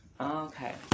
Okay